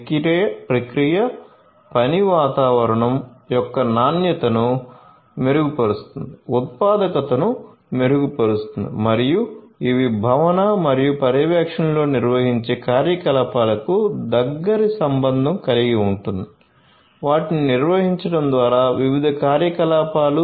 సదుపాయాల నిర్వహణ సంస్థలకు సహాయక సేవలను అందిస్తుంది ప్రజలను ఏకీకృతం చేస్తుంది స్థలం ప్రక్రియ పని వాతావరణం యొక్క నాణ్యతను మెరుగుపరుస్తుంది ఉత్పాదకతను మెరుగుపరుస్తుంది మరియు ఇవి భవనం మరియు పర్యవేక్షణలో నిర్వహించే కార్యకలాపాలకు దగ్గరి సంబంధం కలిగి ఉంటాయి వాటిని నిర్వహించడం వివిధ కార్యకలాపాలు